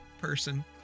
person